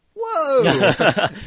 whoa